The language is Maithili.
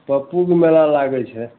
टप्पूके मेला लागै छै